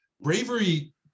Bravery